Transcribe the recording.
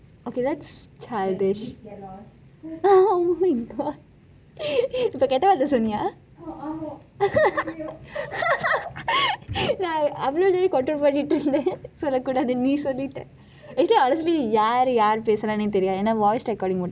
ok that is childish omg நீ கெட்ட வார்த்தையை சொன்னீயா:ni ketta vaartheiyai sonniya நான் அவ்வளவு நேரம்:naan avvalavu neram control பன்னிட்டிருந்தேன் சொல்ல கூடாது நீ சொல்லிட்டேன்:pannithirunthaen solla kudathu ni sollithaen actually honestly யாரு யாரு பேசுறாங்கனு தெரியாது:yaaru yaaru pesurankanu theriyathu